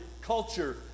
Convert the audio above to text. culture